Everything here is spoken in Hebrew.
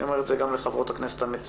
אני אומר את זה גם לחברות הכנסת המציעות,